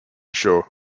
show